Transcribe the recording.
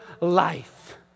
life